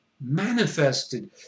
manifested